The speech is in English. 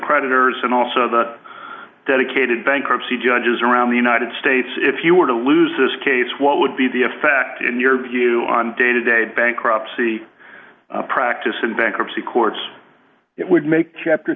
creditors and also the dedicated bankruptcy judges around the united states if you were to lose this case what would be the a fact in your view on day to day bankruptcy practice in bankruptcy courts it would make chapter